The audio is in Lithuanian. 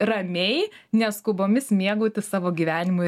ramiai neskubomis mėgautis savo gyvenimu